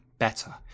better